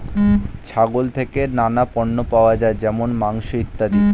ছাগল থেকে নানা পণ্য পাওয়া যায় যেমন মাংস, ইত্যাদি